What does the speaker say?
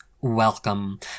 welcome